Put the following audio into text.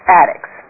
addicts